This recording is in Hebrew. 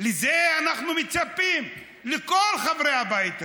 לזה אנחנו מצפים מכל חברי הבית הזה,